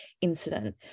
incident